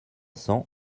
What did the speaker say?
cents